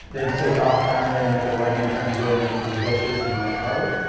they'd take off down there and make a right-hand turn and go and in the bushes. and like, carly,